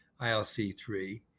ILC3